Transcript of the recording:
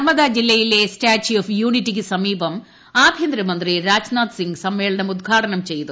നർമ്മദ ജില്ലയിലെ statue of യൂണിറ്റിക്ക് സമീപം ആഭ്യന്തരമന്ത്രി രാജ്നാഥ് സിംഗ് സമ്മേളനം ഉദ്ഘാടനം ചെയ്തു